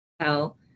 tell